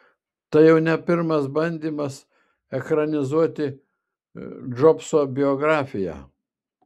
tai jau ne pirmas bandymas ekranizuoti s džobso biografiją